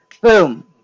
boom